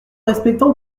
respectant